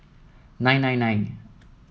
nine nine nine